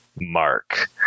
Mark